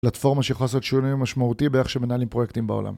פלטפורמה שיכולה לעשות שיעולים משמעותיים באיך שמנהלים פרויקטים בעולם.